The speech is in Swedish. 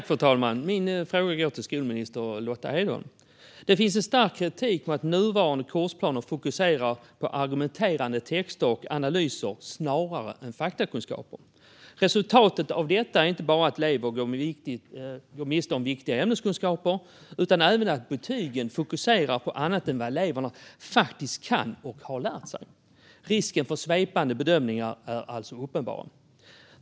Fru talman! Min fråga går till skolminister Lotta Edholm. Det finns en stark kritik mot att nuvarande kursplaner fokuserar på argumenterande texter och analyser snarare än faktakunskaper. Resultatet av detta är inte bara att elever går miste om viktiga ämneskunskaper utan även att betygen fokuserar på annat än vad eleverna faktiskt kan och har lärt sig. Risken för svepande bedömningar är alltså uppenbar.